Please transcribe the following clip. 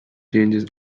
changes